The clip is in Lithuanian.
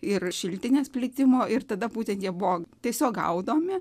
ir šiltinės plitimo ir tada būtent jie buvo tiesiog gaudomi